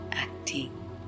Acting